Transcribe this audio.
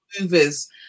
movers